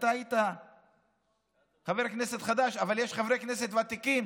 ואתה היית חבר כנסת חדש, אבל יש חברי כנסת ותיקים,